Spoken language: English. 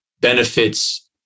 benefits